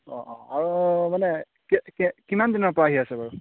অঁ অঁ আৰু মানে কে কে কিমান দিনৰ পৰা আহি আছে বাৰু